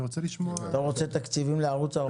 אתה רוצה תקציבים לערוץ 14?